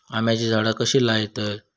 आम्याची झाडा कशी लयतत?